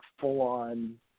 full-on